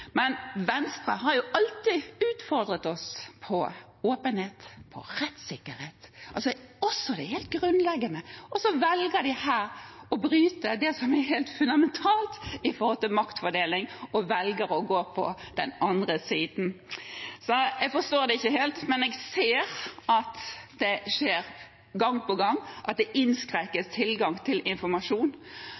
Venstre har alltid utfordret oss på åpenhet og rettssikkerhet – også det helt grunnleggende. Og så velger de her å bryte det som er helt fundamentalt i maktfordelingen og velger å gå med den andre siden. Jeg forstår det ikke helt. Jeg ser at det skjer gang på gang at tilgang til informasjon innskrenkes, mens det vi trenger, er åpenhet, og at man har de prinsippene der med tilgang til informasjon